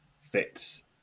fits